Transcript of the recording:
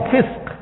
Fisk